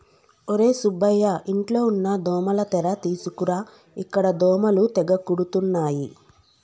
ఒర్రే సుబ్బయ్య ఇంట్లో ఉన్న దోమల తెర తీసుకురా ఇక్కడ దోమలు తెగ కుడుతున్నాయి